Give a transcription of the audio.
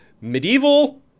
Medieval